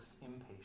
impatient